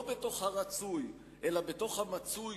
לא בתוך הרצוי אלא בתוך המצוי,